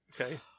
okay